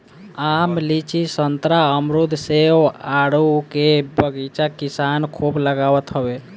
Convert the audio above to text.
आम, लीची, संतरा, अमरुद, सेब, आडू के बगीचा किसान खूब लगावत हवे